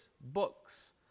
books